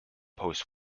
post